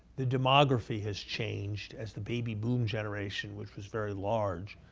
the demography has changed as the baby boom generation, which was very large,